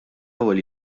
ewwel